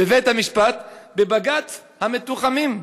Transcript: בבית-המשפט, ב"בג"ץ המתוחמים"?